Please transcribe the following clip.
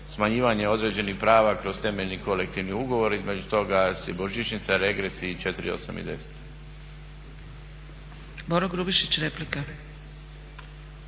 smanjivanje određenih prava kroz temeljni kolektivni ugovor između toga su božićnica, regres i 4,8